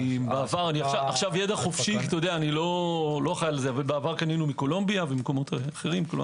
ידע חופשי עכשיו - בעבר קנינו מקולומביה וממקומות אחרים.